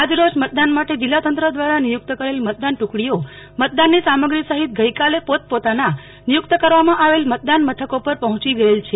આજ રોજ મતદાન માટે જિલ્લા તંત્ર દ્રારા નિયુક્ત કરેલ મતદાન ટુકડીઓ મતદાનની સામગ્રી સહિત ગઈકાલે પોત પોતાન નિયુ ક્ત કરેલ મથકો પર પહોંચી ગયેલ છે